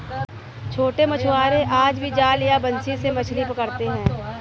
छोटे मछुआरे आज भी जाल या बंसी से मछली पकड़ते हैं